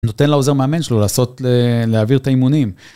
נותן לעוזר מאמן שלו לעשות, להעביר את האימונים.